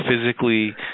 physically